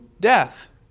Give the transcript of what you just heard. death